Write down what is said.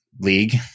League